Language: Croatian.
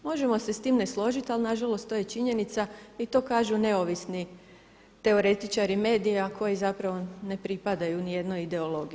Možemo se s tim nesložiti, ali na žalost to je činjenica i to kažu neovisni teoretičari medija koji zapravo ne pripadaju niti jednoj ideologiji.